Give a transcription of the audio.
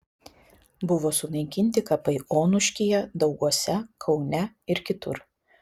buvo sunaikinti kapai onuškyje dauguose kaune ir kitur